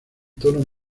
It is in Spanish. tono